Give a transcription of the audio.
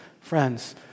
friends